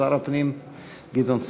שר הפנים גדעון סער.